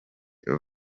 aba